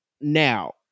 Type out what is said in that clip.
Now